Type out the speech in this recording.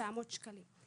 3700 שקלים.